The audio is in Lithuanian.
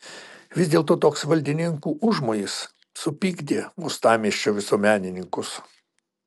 vis dėlto toks valdininkų užmojis supykdė uostamiesčio visuomenininkus